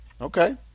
Okay